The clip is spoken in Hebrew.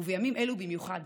ובימים אלו במיוחד